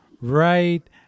right